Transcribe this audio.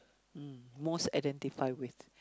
mm most identify with